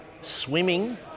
swimming